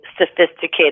sophisticated